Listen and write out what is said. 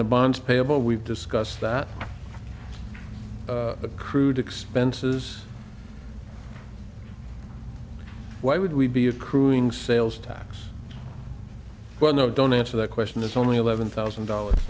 the bonds payable we've discussed that crude expenses why would we be of crewing sales tax but no don't answer that question it's only eleven thousand dollars